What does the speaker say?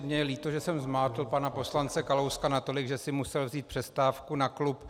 Mně je líto, že jsem zmátl pana poslance Kalouska natolik, že si musel vzít přestávku na klub.